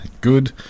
Good